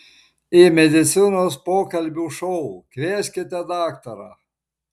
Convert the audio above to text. į medicinos pokalbių šou kvieskite daktarą